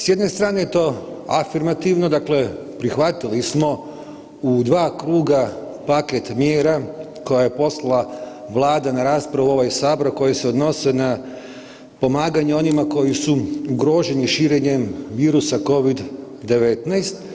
S jedne strane je to afirmativno, dakle prihvatili smo u 2 kruga paket mjera koja je poslala Vlada na raspravu u ovaj Sabor, a koje se odnose na pomaganje onima koji su ugroženi širenjem virusa COVID-19.